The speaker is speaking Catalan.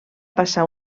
passar